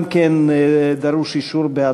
אנחנו נעשה אולי תיקון לתקנון שפה תהיה